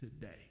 today